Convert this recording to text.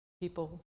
people